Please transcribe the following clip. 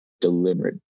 deliberate